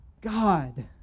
God